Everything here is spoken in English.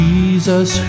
Jesus